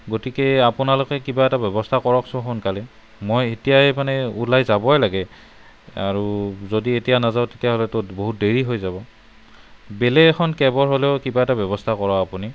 গতিকে আপোনালোকে কিবা এটা ব্যৱস্থা কৰকচোন সোনকালে মই এতিয়াই মানে ওলাই যাবই লাগে আৰু যদি এতিয়া নাযাওঁ তেতিয়া হ'লেতো বহুত দেৰি হৈ যাব বেলেগ এখন কেবৰ হ'লেও কিবা এটা ব্য়ৱস্থা কৰক আপুনি